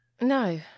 no